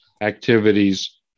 activities